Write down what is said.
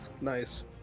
Nice